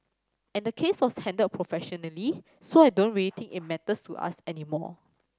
and the case was handled professionally so I don't really think it matters to us anymore